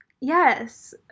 yes